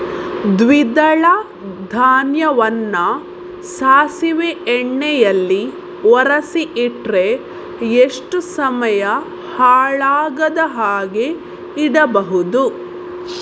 ದ್ವಿದಳ ಧಾನ್ಯವನ್ನ ಸಾಸಿವೆ ಎಣ್ಣೆಯಲ್ಲಿ ಒರಸಿ ಇಟ್ರೆ ಎಷ್ಟು ಸಮಯ ಹಾಳಾಗದ ಹಾಗೆ ಇಡಬಹುದು?